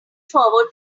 forward